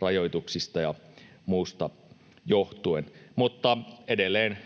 rajoituksista ja muusta johtuen. Mutta edelleen